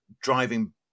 driving